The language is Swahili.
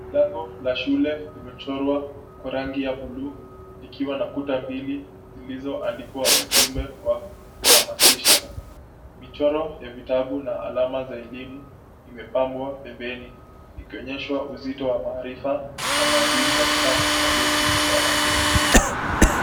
Bango la shule imechorwa kwa rangi ya buluu likiwa na kuta mbili zilizoandikwa ujumbe wa kuhamasiha. Michoro ya vitabu na alama za elimu imepambwa pembeni ikionyeshwa uzito wa maarifa na maadili katika malezi ya wanafunzi.